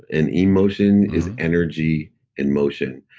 and emotion is energy in motion.